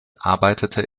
arbeitete